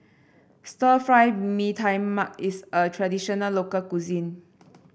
Stir Fry Mee Tai Mak is a traditional local cuisine